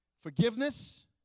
forgiveness